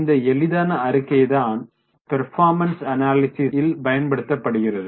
இந்த எளிதான அறிக்கைதான் பர்பார்மந்ஸ் அனாலிசிஸ் பயன்படுத்தப்படுகிறது